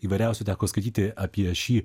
įvairiausių teko skaityti apie šį